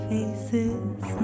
Faces